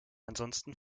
ansonsten